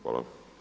Hvala.